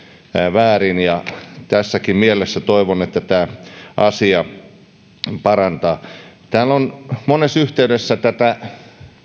väärin tässäkin mielessä toivon että tämä asia parantaa täällä on monessa yhteydessä tätä